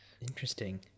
Interesting